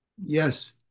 yes